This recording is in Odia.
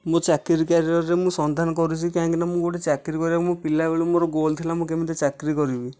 ମୁଁ ଚାକିରି କ୍ୟାରିୟରରେ ମୁଁ ସନ୍ଧାନ କରୁଛି କାହିଁକିନା ମୁଁ ଗୋଟେ ଚାକିରି କରିବାକୁ ମୋ ପିଲା ବେଳୁ ମୋର ଗୋଲ ଥିଲା ମୁଁ କେମିତି ଚାକିରି କରିବି